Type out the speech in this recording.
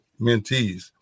mentees